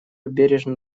бережно